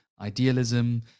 idealism